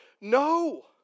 no